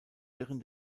wirren